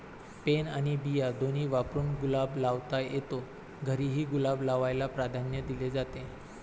pen आणि बिया दोन्ही वापरून गुलाब लावता येतो, घरीही गुलाब लावायला प्राधान्य दिले जाते